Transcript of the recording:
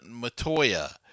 Matoya